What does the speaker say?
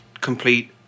complete